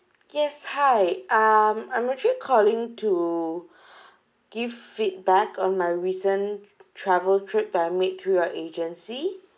yes hi um I'm actually calling to give feedback on my recent travel trip that I made through your agency